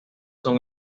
son